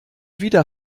wieder